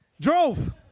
Drove